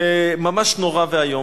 ממש נורא ואיום.